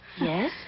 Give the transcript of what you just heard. Yes